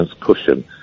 cushion